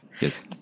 Yes